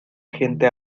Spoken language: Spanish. gente